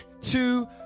two